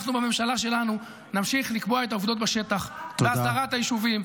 אנחנו בממשלה שלנו נמשיך לקבוע את העובדות בשטח בהסדרת היישובים,